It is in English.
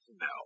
no